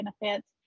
benefits